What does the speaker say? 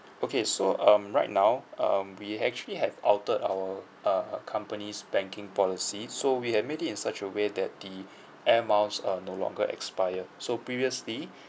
okay so um right now um we actually have altered our uh company's banking policy so we had made it in such a way that the air miles uh no longer expire so previously